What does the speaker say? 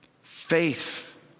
faith